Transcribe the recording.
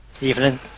Evening